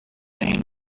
pain